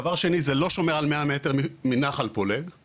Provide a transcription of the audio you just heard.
דבר שני, זה לא שומר על 100 מטר מנחל פולג.